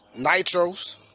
nitros